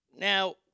Now